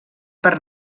per